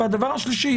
הדבר השלישי.